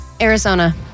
Arizona